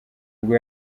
ubwo